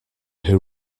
who